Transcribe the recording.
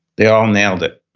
they all nailed it,